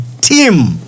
team